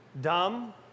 dumb